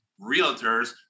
realtors